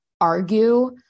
argue